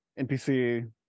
NPC